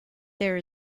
there